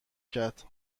کرد